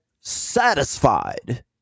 satisfied